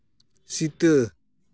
ᱥᱤᱛᱟᱹ